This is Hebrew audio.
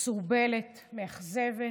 מסורבלת, מאכזבת,